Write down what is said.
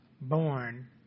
born